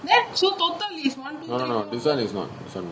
there so total is one two six four